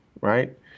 Right